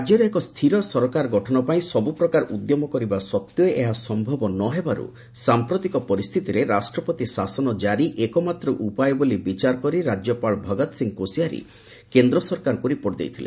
ରାଜ୍ୟରେ ଏକ ସ୍ଥିର ସରକାର ଗଠନ ପାଇଁ ସବୁ ପ୍ରକାର ଉଦ୍ୟମ କରିବା ସଡ୍ଫେ ଏହା ସମ୍ଭବ ନ ହେବାରୁ ସାଂପ୍ରତିକ ପରିସ୍ଥିତିରେ ରାଷ୍ଟ୍ରପତି ଶାସନ ଜାରି ଏକମାତ୍ର ଉପାୟ ବୋଲି ବିଚାର କରି ରାଜ୍ୟପାଳ ଭଗତ ସିଂ କୋଶିଆରୀ କେନ୍ଦ୍ର ସରକାରଙ୍କୁ ରିପୋର୍ଟ ଦେଇଥିଲେ